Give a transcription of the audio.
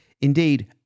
indeed